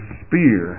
spear